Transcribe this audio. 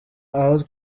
aho